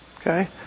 okay